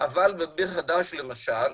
בביר הדאג' למשל,